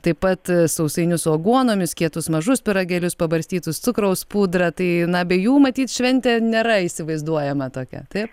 taip pat sausainius su aguonomis kietus mažus pyragėlius pabarstytus cukraus pudra tai na be jų matyt šventė nėra įsivaizduojama tokia taip